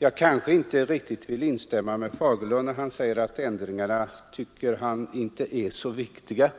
Jag vill kanske inte riktigt instämma med herr Fagerlund när han säger att förändringarna som utskottet har enats om inte är så viktiga.